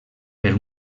per